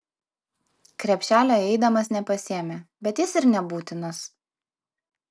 krepšelio įeidamas nepasiėmė bet jis ir nebūtinas